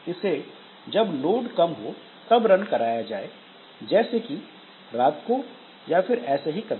इसे जब लोड कम हो तब रन कराया जाए जैसे कि रात को या फिर ऐसा ही कुछ